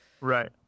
Right